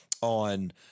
on